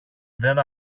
δεν